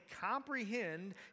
comprehend